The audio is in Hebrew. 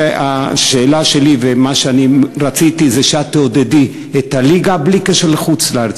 השאלה שלי ומה שאני רציתי זה שאת תעודדי את הליגה בלי קשר לחוץ-לארץ,